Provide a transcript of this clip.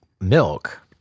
milk